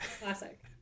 classic